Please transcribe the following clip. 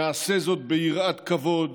נעשה זאת ביראת כבוד